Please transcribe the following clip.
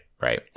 right